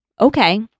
Okay